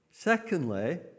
Secondly